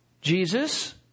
Jesus